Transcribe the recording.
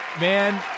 Man